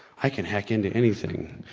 i can hack into anything.